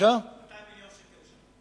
מיליון שקל לשנה.